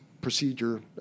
procedure